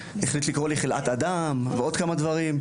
החליט לקרוא לי חלאת אדם ועוד כמה דברים.